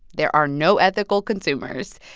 there are no ethical consumers.